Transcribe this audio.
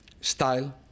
style